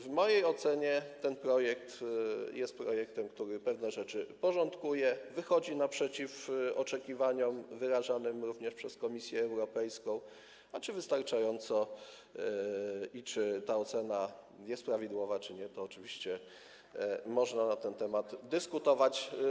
W mojej ocenie ten projekt jest projektem, który pewne rzeczy porządkuje, wychodzi naprzeciw oczekiwaniom wyrażanym również przez Komisję Europejską, a czy wystarczająco i czy ta ocena jest prawidłowa, czy nie, oczywiście można na ten temat dyskutować.